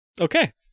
Okay